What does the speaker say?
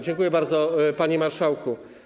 Dziękuję bardzo, panie marszałku.